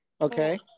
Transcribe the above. Okay